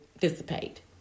dissipate